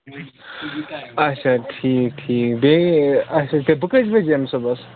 اچھا ٹھیٖک ٹھیٖک بیٚیہِ اچھا تہٕ بہٕ کٔژِ بَجہِ یِم صُبَحس